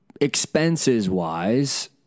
expenses-wise